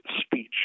speech